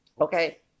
Okay